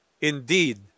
Indeed